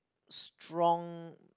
strong